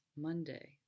Monday